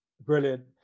brilliant